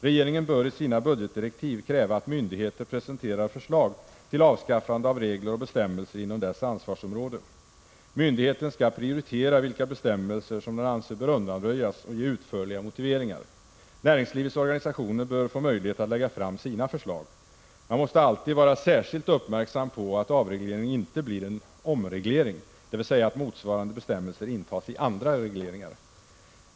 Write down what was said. Regeringen bör i sina budgetdirektiv kräva att myndigheter presenterar förslag till avskaffande av regler och bestämmelser inom dess ansvarsområde. Myndigheten skall prioritera vilka bestämmelser som den anser bör undanröjas och ge utförliga motiveringar. Näringslivets organisationer bör få möjlighet att lägga fram sina förslag. Man måste alltid vara särskilt uppmärksam på att avregleringen inte blir en omreglering, dvs. att motsvarande bestämmelse intas i andra regleringar.